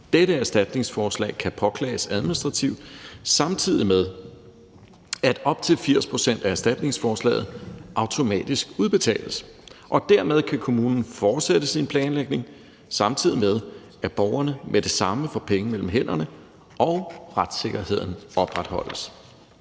Dette erstatningsforslag kan påklages administrativt, samtidig med at op til 80 pct. af erstatningsforslaget automatisk udbetales. Og dermed kan kommunen fortsætte sin planlægning, samtidig med at borgerne med det samme får penge mellem hænderne og retssikkerheden opretholdes.